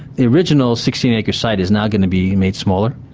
the original sixteen acre site is now going to be made smaller.